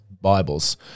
Bibles